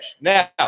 Now